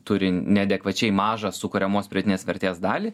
turi neadekvačiai mažą sukuriamos pridėtinės vertės dalį